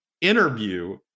interview